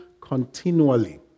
continually